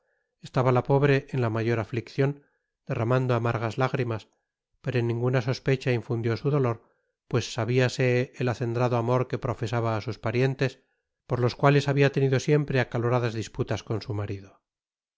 estaba la pobre en la mayor afliccion derramando amargas lágrimas pero ninguna sospecha infundió su dolor pues sabiase el acendrado amor que profesaba á sus parientes por los cuales habia tenido siempre acaloradas disputas con su marido